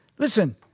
Listen